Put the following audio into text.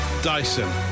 Dyson